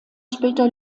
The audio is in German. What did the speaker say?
später